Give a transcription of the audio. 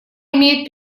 имеет